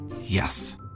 Yes